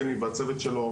בני והצוות שלו,